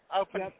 Open